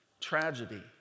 tragedy